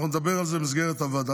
נדבר על זה בוועדה.